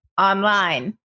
online